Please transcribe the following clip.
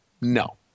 no